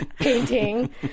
painting